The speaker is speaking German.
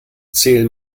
zähl